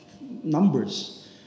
numbers